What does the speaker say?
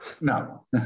No